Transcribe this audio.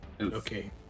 okay